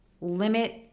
limit